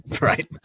Right